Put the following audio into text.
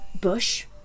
bush